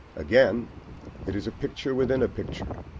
again it is a picture within a picture,